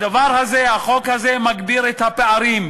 החוק הזה מגביר את הפערים.